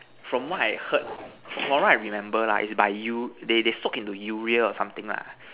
from what I heard from what I remembered lah it's by you they they soak into urea or something lah